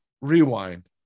Rewind